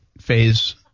phase